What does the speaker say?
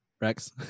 rex